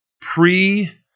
pre